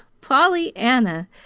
Pollyanna